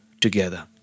together